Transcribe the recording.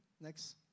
next